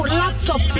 laptop